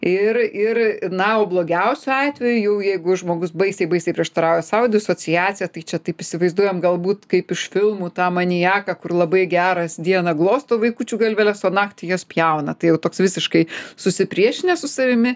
ir ir na jau blogiausiu atveju jau jeigu žmogus baisiai baisiai prieštarauja sau disociacija tai čia taip įsivaizduojam galbūt kaip iš filmų tą maniaką kur labai geras dieną glosto vaikučių galveles o naktį juos pjauna tai jau toks visiškai susipriešinęs su savimi